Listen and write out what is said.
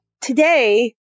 today